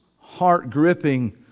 heart-gripping